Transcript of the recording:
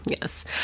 Yes